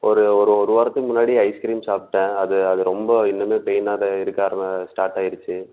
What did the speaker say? ஒரு ஒரு ஒரு வாரத்துக்கு முன்னாடி ஐஸ்க்ரீம் சாப்பிட்டேன் அது அது ரொம்ப இன்னுமே பெய்னாக தான் இருக்கார்னா ஸ்டார்ட்டாய்டுச்சு